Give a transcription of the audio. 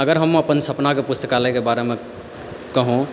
अगर हम अपना सपनाके पुस्तकालयके बारेमे कहौं